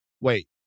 Wait